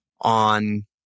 on